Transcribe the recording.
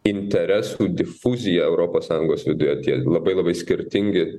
interesų difuzija europos sąjungos viduje tie labai labai skirtingi